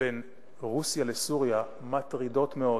בין רוסיה לסוריה מטרידות מאוד,